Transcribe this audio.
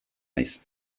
naiz